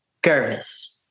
Gervis